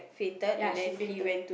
ya she fainted